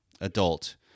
adult